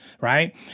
right